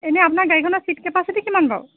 এনেই আপোনাৰ গাড়ীখনৰ চিট কেপাচিটি কিমান বাৰু